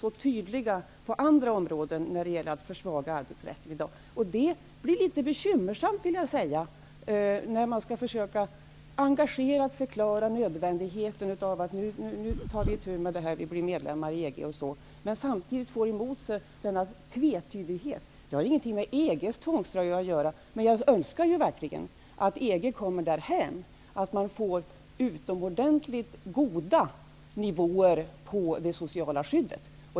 Jag talar nu inte om det som Ulf Dinkelspiel och hans departement säger, men om andra departement. Det blir litet bekymmersamt att, när man skall försöka att engagerat förklara nödvändigheten av att vi nu skall arbeta för att bli medlemmar i EG, samtidigt möta denna tvetydighet. Det har inget med någon EG-tvångströja att göra, men jag önskar verkligen att EG kommer därhän att det blir utomordentligt goda nivåer på det sociala skyddet.